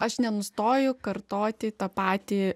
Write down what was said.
aš nenustoju kartoti tą patį